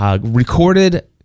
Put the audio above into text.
recorded